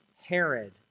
Herod